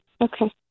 Okay